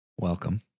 welcome